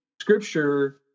scripture